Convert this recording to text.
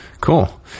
Cool